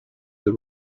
the